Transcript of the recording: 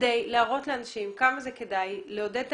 כדי להראות לאנשים כמה זה כדאי ולעודד את